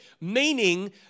Meaning